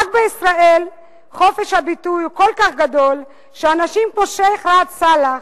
רק בישראל חופש הביטוי הוא כל כך גדול שאנשים כמו שיח' ראאד סלאח